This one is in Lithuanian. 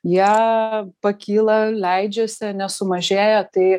jie pakyla leidžiasi ane sumažėja tai